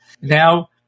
Now